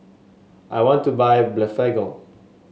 I want to buy Blephagel